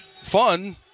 fun